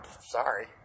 Sorry